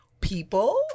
people